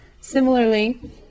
Similarly